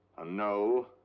a no,